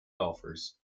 golfers